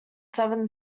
seven